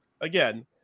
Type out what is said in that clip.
again